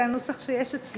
זה הנוסח שיש אצלי.